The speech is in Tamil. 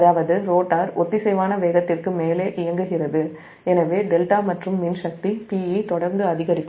அதாவது ரோட்டார் ஒத்திசைவான வேகத்திற்கு மேலே இயங்குகிறது எனவே δ மற்றும் மின் சக்தி Pe தொடர்ந்து அதிகரிக்கும்